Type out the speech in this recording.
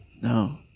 No